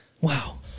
Wow